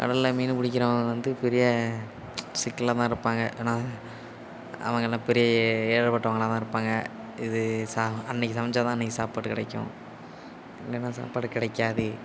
கடலில் மீனை பிடிக்கிறவங்க வந்து பெரிய சிக்கலில் தான் இருப்பாங்க ஏன்னா அவங்களாம் பெரிய ஏழப்பட்டவங்களாக தான் இருப்பாங்க இது சாக அன்னைக்கு சமச்சால் தான் அன்னைக்கு சாப்பாடு கிடைக்கும் இல்லைன்னா சாப்பாடு கிடைக்காது